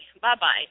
Bye-bye